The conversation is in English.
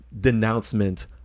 Denouncement